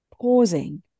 pausing